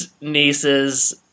niece's